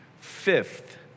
Fifth